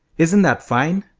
isn't that fine!